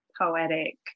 Poetic